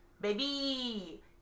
Baby